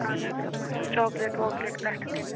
اَہَن حظ سُہ چاکلیٹ واکلیٹ پٮ۪ٹھٕ تِم